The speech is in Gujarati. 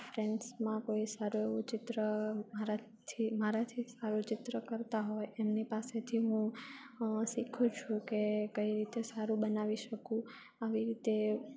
ફ્રેન્ડ્સમાં કોઈ સારું એવું ચિત્ર મારાથી મારાથી સારું ચિત્ર કરતાં હોય એમની પાસેથી હું શીખું છું કે કઈ રીતે સારું બનાવી શકું આવી રીતે